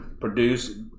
produce